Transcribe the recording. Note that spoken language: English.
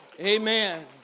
Amen